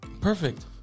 Perfect